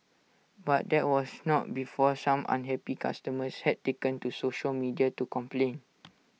but that was not before some unhappy customers had taken to social media to complain